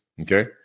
Okay